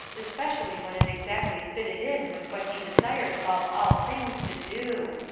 especially when it exactly fitted in with what he desired above all things to do.